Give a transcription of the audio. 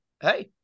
hey